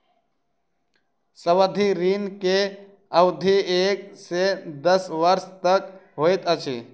सावधि ऋण के अवधि एक से दस वर्ष तक होइत अछि